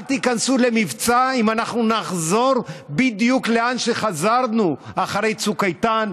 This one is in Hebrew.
אל תיכנסו למבצע אם אנחנו נחזור בדיוק לאן שחזרנו אחרי צוק איתן,